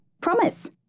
Promise